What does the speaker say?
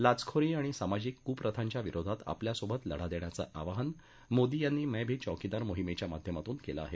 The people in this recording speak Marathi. लाचखोरी आणि सामाजिक कुप्रथांच्या विरोधात आपल्यासोबत लढा देण्याचं आवाहन मोदी यांनी मै भी चौकीदार मोहीमेच्या माध्यमातून केलं आहे